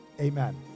Amen